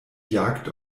jagd